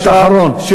משפט אחרון.